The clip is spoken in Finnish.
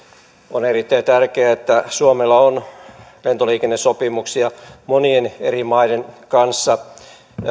on erittäin tärkeää että suomella on lentoliikennesopimuksia monien eri maiden kanssa